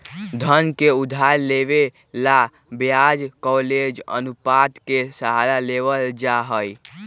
धन के उधार देवे ला ब्याज कवरेज अनुपात के सहारा लेवल जाहई